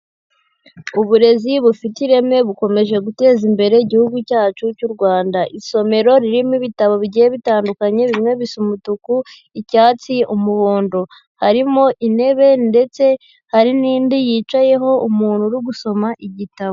Uburezi bufite ireme bukomeje guteza imbere igihugu cyacu cy'u Rwanda. Isomero ririmo ibitabo bigiye bitandukanye bimwe bisa umutuku, icyatsi, umuhondo, harimo intebe ndetse hari n'indi yicayeho umuntu uri gusoma igitabo.